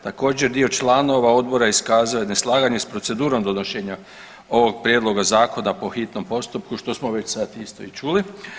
Također dio članova odbora iskazao je neslaganje s procedurom donošenja ovog prijedloga zakona po hitnom postupku što smo već sad isto i čuli.